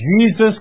Jesus